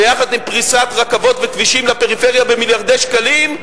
יחד עם פריסת רכבות וכבישים לפריפריה במיליארדי שקלים,